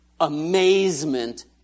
Amazement